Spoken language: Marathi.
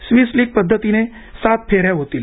स्विस लीग पद्धतीने सात फेऱ्या होतील